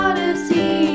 Odyssey